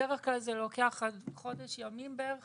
בדרך כלל זה לוקח עד חודש ימים בערך.